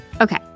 Okay